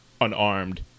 unarmed